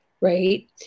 right